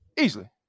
Easily